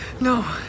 No